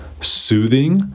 Soothing